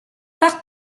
par